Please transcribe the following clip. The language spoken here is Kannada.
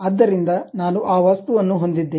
ಆದ್ದರಿಂದ ನಾನು ಆ ವಸ್ತುವನ್ನು ಹೊಂದಿದ್ದೇನೆ